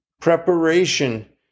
Preparation